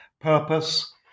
purpose